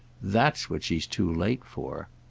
that's what she's too late for.